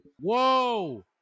Whoa